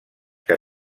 que